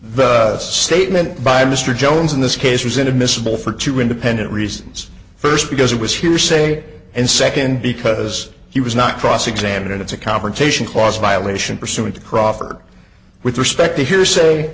the statement by mr jones in this case was inadmissible for two independent reasons first because it was hearsay and second because he was not cross examined it's a confrontation clause violation pursuant to crawford with respect to hearsay